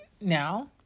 now